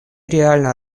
реально